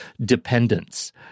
dependence